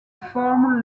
former